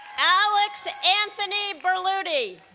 alex anthony berluti